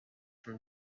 from